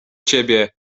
ciebie